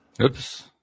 oops